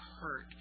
hurt